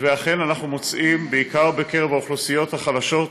ואכן אנחנו מוצאים, בעיקר בקרב האוכלוסיות החלשות,